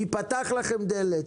מי פתח לכם דלת.